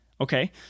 Okay